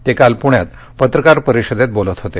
ते काल पुण्यात पत्रकार परिषदेत बोलत होते